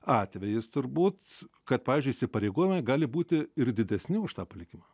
atvejis turbūt kad pavyzdžiui įsipareigojimai gali būti ir didesni už tą plikimą